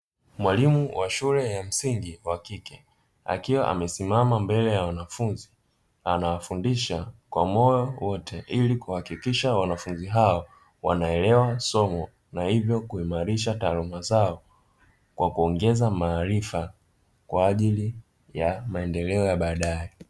Mwalimu wa shule ya msingi ya kike akiwa amesimama mbele ya wanafunzi, anawafundisha kwa moyo wote ili kuhakiksha wanafunzi hao wanaelewa somo, na hivyo kuimarisha taaluma zao kwa kuongeza maarifa kwa ajili ya maendeleo ya baadaye.